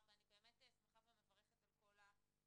ראשית אני מברכת את כל השותפים,